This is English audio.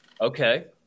Okay